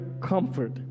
comfort